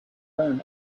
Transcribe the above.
back